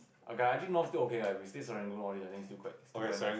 Agayaji North is still good okay lah with still Serangoon or to the next too quite quite nice